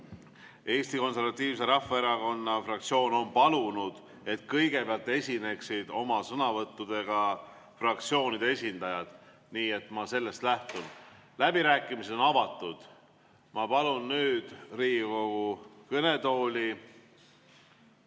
Eesti Konservatiivse Rahvaerakonna fraktsioon on palunud, et kõigepealt esineksid sõnavõttudega fraktsioonide esindajad, nii et ma lähtun sellest. Läbirääkimised on avatud. Ma palun nüüd Riigikogu kõnetooli